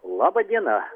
labą dieną